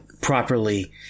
properly